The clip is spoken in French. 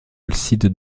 alcide